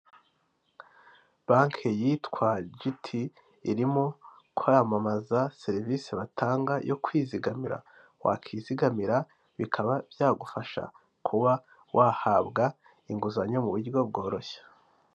Abantu benshi cyane mu nzego zitandukanye; abagore, abagabo, urubyiruko bahagaze bakoze uruziga, ndetse nyuma yabo hari amamodoka menshi cyane, biragaragara ko ari igikorwa cyahabereye, ntabwo ndi kumenya icya aricyo, ariko bameze nk'abari gukora inama.